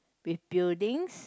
with buildings